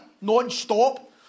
non-stop